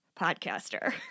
podcaster